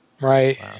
Right